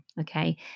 okay